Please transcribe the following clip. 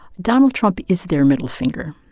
donald trump is their middle finger.